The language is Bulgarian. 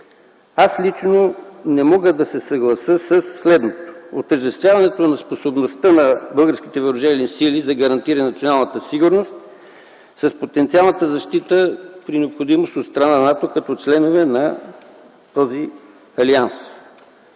Аз лично не мога да се съглася със следното: отъждествяването на способността на българските въоръжени сили за гарантиране на националната сигурност с потенциалната защита при необходимост от страна на НАТО като членове на този Алианс.